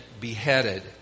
beheaded